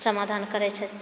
समाधान करैत छथिन